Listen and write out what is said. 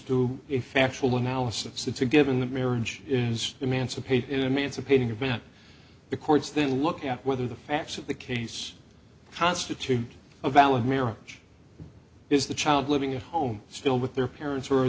a factual analysis it's a given that marriage is emancipated emancipating event the courts then look at whether the facts of the case constitute a valid marriage is the child living at home still with their parents where